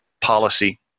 policy